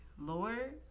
Lord